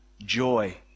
joy